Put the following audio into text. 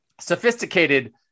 sophisticated